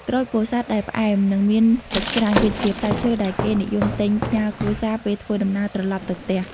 ក្រូចពោធិ៍សាត់ដែលផ្អែម និងមានទឹកច្រើន គឺជាផ្លែឈើដែលគេនិយមទិញផ្ញើគ្រួសារពេលធ្វើដំណើរត្រឡប់ទៅផ្ទះ។